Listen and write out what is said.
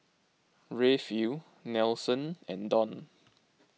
Rayfield Nelson and Donn